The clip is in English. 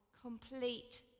complete